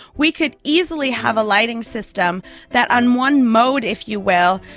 we could easily have a lighting system that on one mode, if you will,